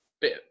bit